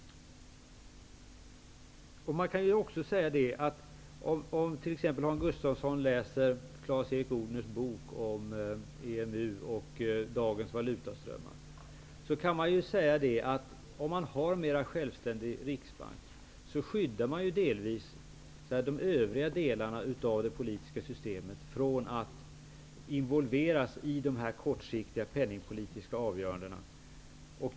Hans Gustafsson kan t.ex. läsa Clas Erik Odners bok om EMU och dagens valutaströmmar. Om man har en mer självständig riksbank skyddar man delvis de övriga delarna av det politiska systemet från att involveras i dessa kortsiktiga penningpolitiska avgöranden.